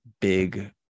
big